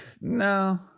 no